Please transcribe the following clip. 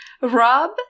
rob